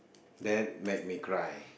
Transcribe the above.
that made me cry